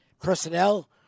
personnel